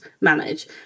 manage